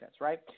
right